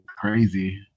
crazy